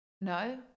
No